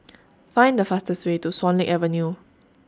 Find The fastest Way to Swan Lake Avenue